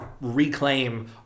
reclaim